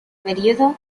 período